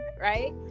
right